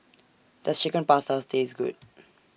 Does Chicken Pasta Taste Good